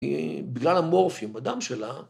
בגלל המורפים בדם שלה.